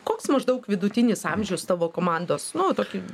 koks maždaug vidutinis amžius tavo komandos nu tokį